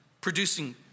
producing